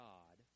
God